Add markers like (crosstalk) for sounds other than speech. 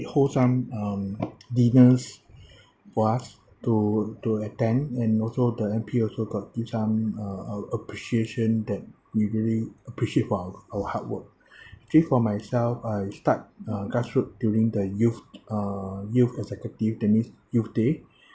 hold some um dinners (breath) for us to to attend and also the M_P also got give some uh uh appreciation that we really appreciate for our our hard work (breath) actually for myself I start uh grassroots during the youth uh youth executive that means youth day